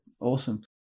awesome